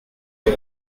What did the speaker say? she